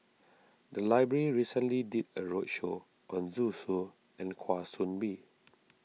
the library recently did a roadshow on Zhu Xu and Kwa Soon Bee